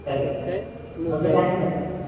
సరే sir okay thank you sir